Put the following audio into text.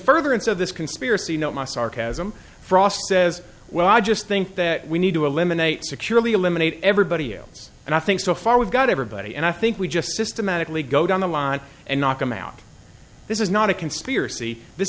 furtherance of this conspiracy you know my sarcasm frost says well i just think that we need to eliminate securely eliminate everybody else and i think so far we've got everybody and i think we just systematically go down the line and knock him out this is not a conspiracy this